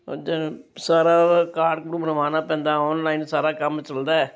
ਸਾਰਾ ਕਾਰਡ ਕੂਡ ਬਣਵਾਉਣਾ ਪੈਂਦਾ ਆਨਲਾਈਨ ਸਾਰਾ ਕੰਮ ਚੱਲਦਾ ਹੈ